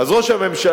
אז ראש הממשלה,